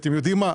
אתם יודעים מה?